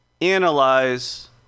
analyze